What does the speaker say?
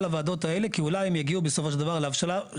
הוועדות האלה כי אולי הם יגיעו בסופו של דבר להבשלה.